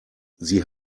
sie